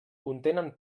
contenen